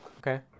Okay